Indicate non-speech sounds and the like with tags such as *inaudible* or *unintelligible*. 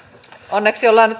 onneksi ollaan *unintelligible*